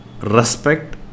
respect